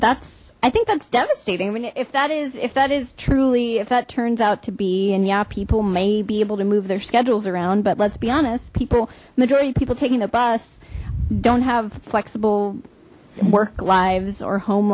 that's i think that's devastating i mean if that is if that is truly if that turns out to be and yeah people may be able to move their schedules around but let's be honest people majority people taking the bus don't have flexible work lives or home